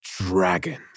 Dragons